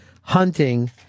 hunting